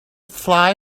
fly